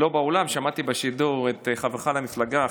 לא מהאולם אלא שמעתי בשידור את חברך למפלגה,